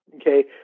Okay